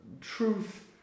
truth